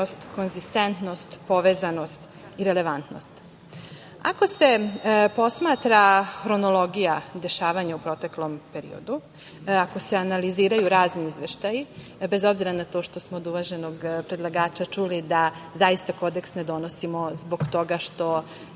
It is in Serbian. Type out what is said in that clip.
konzistentnost, povezanost i relevantnost. Ako se posmatra hronologija dešavanja u proteklom periodu, ako se analiziraju razni izveštaji, bez obzira na to što smo od uvaženog predlagača čuli da kodeks ne donosimo zbog toga što